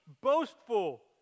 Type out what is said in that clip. boastful